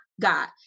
god